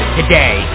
today